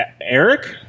Eric